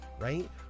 right